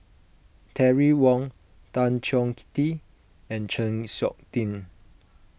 Terry Wong Tan Chong Tee and Chng Seok Tin